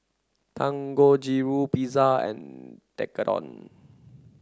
Dangojiru Pizza and Tekkadon